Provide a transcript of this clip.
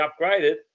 upgraded